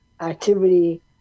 activity